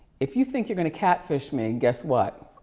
if you think you're gonna catfish me, guess what.